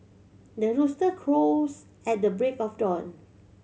the rooster crows at the break of dawn